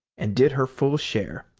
and did her full share,